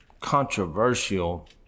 controversial